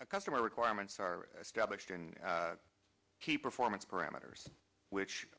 a customer requirements are stablished and key performance parameters which